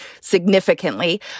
significantly